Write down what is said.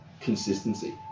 consistency